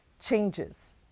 Changes